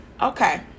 Okay